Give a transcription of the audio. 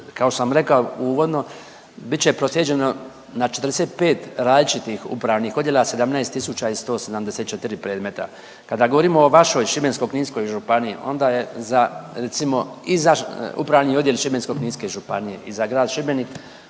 što sam rekao uvodno bit će proslijeđeno na 45 različitih upravnih odjela 17 tisuća i 174 predmeta. Kada govorimo o vašoj Šibensko-kninskoj županiji onda je za recimo i za upravni odjel Šibensko-kninske županije i za grad Šibenik